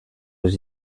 les